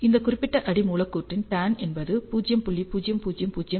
இந்த குறிப்பிட்ட அடி மூலக்கூறின் tanஎன்பது 0